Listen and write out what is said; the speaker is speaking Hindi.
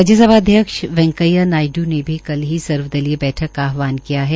राज्यसभा अध्यक्ष वैंकेया नायडू ने भी कल ही सर्वदलीय बैठक का आहवान किया है